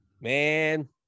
Man